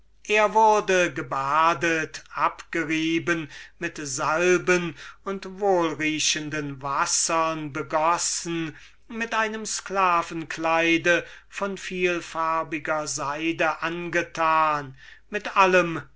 er wurde gebadet abgerieben mit salben und wohlriechenden wassern begossen mit einem sklaven kleid von vielfarbichter seide angetan mit allem